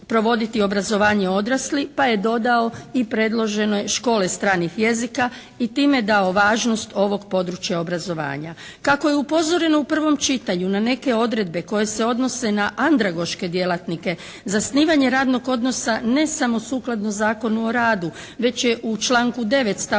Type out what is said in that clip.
Kako je upozoreno u prvom čitanju na neke odredbe koje se odnose na andragoške djelatnike, zasnivanje radnog odnosa ne samo sukladno Zakonu o radu već je u članku 9. stavku 2.